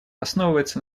основывается